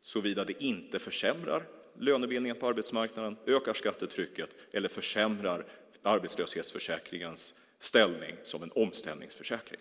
såvida det inte försämrar lönebildningen på arbetsmarknaden, ökar skattetrycket eller försämrar arbetslöshetsförsäkringens ställning som en omställningsförsäkring.